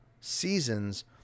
seasons